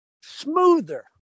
smoother